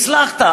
אז הצלחת,